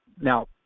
Now